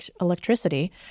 electricity